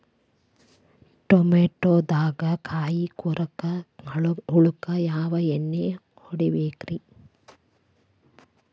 ಟಮಾಟೊದಾಗ ಕಾಯಿಕೊರಕ ಹುಳಕ್ಕ ಯಾವ ಎಣ್ಣಿ ಹೊಡಿಬೇಕ್ರೇ?